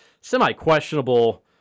semi-questionable